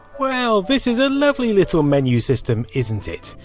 well, this is a lovely little menu system isn't it?